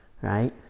Right